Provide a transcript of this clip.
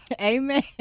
Amen